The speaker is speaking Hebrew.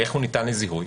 איך הוא ניתן לזיהוי?